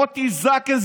מוטי זקן,